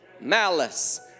malice